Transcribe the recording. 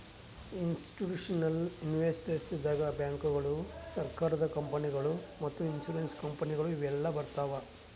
institutional investors ದಾಗ್ ಬ್ಯಾಂಕ್ಗೋಳು, ಸರಕಾರದ ಕಂಪನಿಗೊಳು ಮತ್ತ್ ಇನ್ಸೂರೆನ್ಸ್ ಕಂಪನಿಗೊಳು ಇವೆಲ್ಲಾ ಬರ್ತವ್